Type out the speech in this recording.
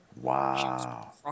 Wow